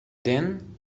then